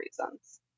reasons